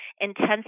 intensive